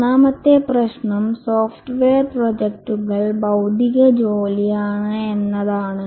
മൂന്നാമത്തെ പ്രശ്നം സോഫ്റ്റ്വെയർ പ്രോജക്ടുകൾ ബൌദ്ധിക ജോലിയാണ് എന്നതാണ്